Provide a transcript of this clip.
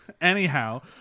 Anyhow